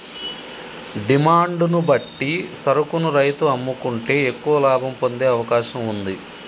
demand ను బట్టి సరుకును రైతు అమ్ముకుంటే ఎక్కువ లాభం పొందే అవకాశం వుంది